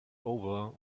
over